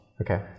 Okay